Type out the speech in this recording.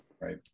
Right